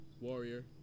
warrior